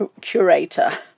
curator